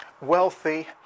Wealthy